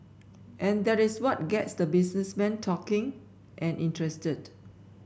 and that is what gets the businessmen talking and interested